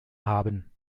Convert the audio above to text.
haben